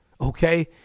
Okay